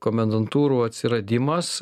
komendantūrų atsiradimas